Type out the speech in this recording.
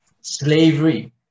slavery